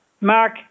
Mark